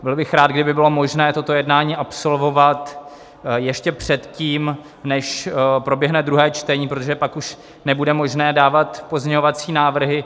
Byl bych rád, kdyby bylo možné toto jednání absolvovat ještě předtím, než proběhne druhé čtení, protože pak už nebude možné dávat pozměňovací návrhy.